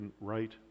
right